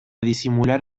disimular